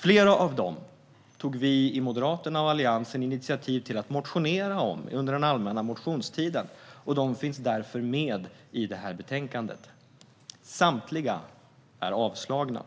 Flera av dem tog vi i Moderaterna och Alliansen initiativ till att motionera om under den allmänna motionstiden, och de finns därför med i det här betänkandet. Samtliga har avslagits.